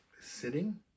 sitting